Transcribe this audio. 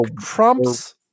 Trump's